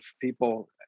people